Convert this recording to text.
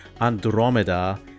Andromeda